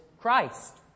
Christ